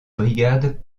brigade